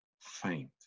faint